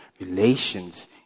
relations